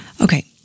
Okay